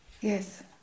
Yes